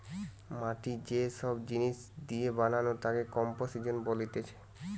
মাটি যে সব জিনিস দিয়ে বানানো তাকে কম্পোজিশন বলতিছে